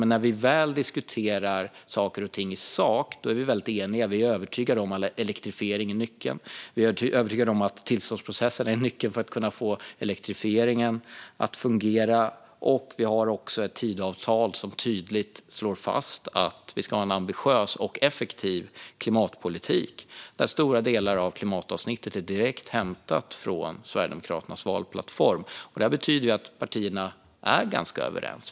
Men när vi väl diskuterar i sak är vi väldigt eniga. Vi är övertygade om att elektrifiering är nyckeln. Vi är övertygade om att tillståndsprocesserna är nyckeln för att kunna få elektrifieringen att fungera. Vi har också ett Tidöavtal som tydligt slår fast att vi ska ha en ambitiös och effektiv klimatpolitik och där stora delar av klimatavsnittet är direkt hämtat från Sverigedemokraternas valplattform. Det här betyder att partierna är ganska överens.